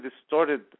distorted